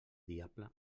diable